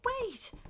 wait